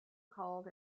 called